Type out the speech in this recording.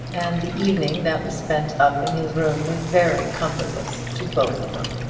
and the evening that was spent up in his room was very comfortless to both of them.